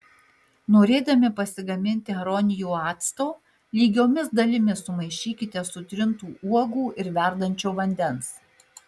norėdami pasigaminti aronijų acto lygiomis dalimis sumaišykite sutrintų uogų ir verdančio vandens